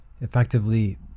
effectively